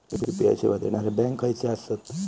UPI सेवा देणारे bank खयचे आसत?